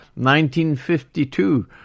1952